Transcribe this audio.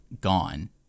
gone